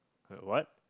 like what